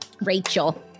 Rachel